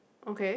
okay